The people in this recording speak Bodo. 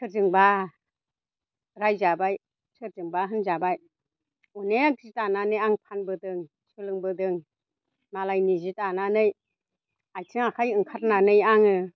सोरजोंबा रायजाबाय सोरजोंबा होनजाबाय अनेख जि दानानै आं फानबोदों सोलोंबोदों मालायनि जि दानानै आथिं आखाइ ओंखारनानै आङो